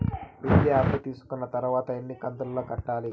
విద్య అప్పు తీసుకున్న తర్వాత ఎన్ని కంతుల లో కట్టాలి?